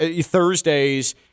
Thursday's